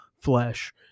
flesh